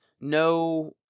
no